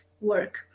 work